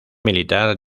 militar